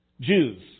Jews